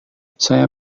saya